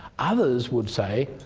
others would say,